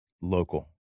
Local